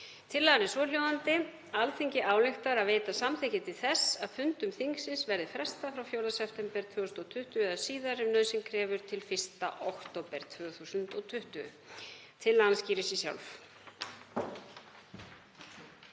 Tillagan er svohljóðandi: „Alþingi ályktar að veita samþykki til þess að fundum þingsins verði frestað frá 4. september 2020 eða síðar, ef nauðsyn krefur, til 1. október 2020.“ Tillagan skýrir sig sjálf.